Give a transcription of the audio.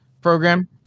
program